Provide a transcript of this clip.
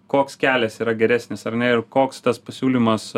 koks kelias yra geresnis ar ne ir koks tas pasiūlymas